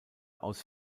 aus